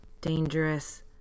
dangerous